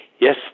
Yes